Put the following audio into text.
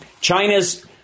China's